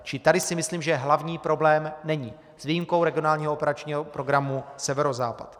Čili tady si myslím, že hlavní problém není s výjimkou regionálního operačního programu Severozápad.